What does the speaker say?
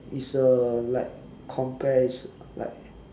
it's a like compare is like